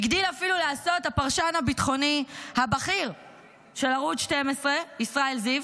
הגדיל אפילו לעשות הפרשן הביטחוני הבכיר של ערוץ 12 ישראל זיו,